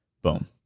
Boom